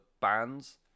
bands